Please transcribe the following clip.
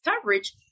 coverage